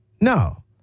No